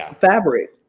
fabric